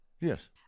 Yes